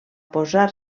posar